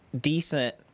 decent